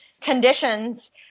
conditions